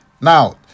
Now